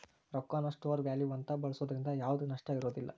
ರೊಕ್ಕಾನ store value ಅಂತ ಬಳ್ಸೋದ್ರಿಂದ ಯಾವ್ದ್ ನಷ್ಟ ಇರೋದಿಲ್ಲ